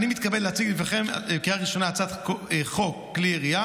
אני מתכבד להציג לפניכם לאשר בקריאה ראשונה את הצעת חוק כלי הירייה